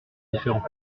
différents